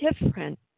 different